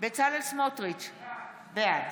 בצלאל סמוטריץ' בעד